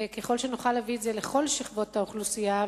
וככל שנוכל להביא את זה לכל שכבות האוכלוסייה,